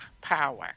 power